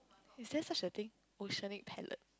is there such a thing oceanic palette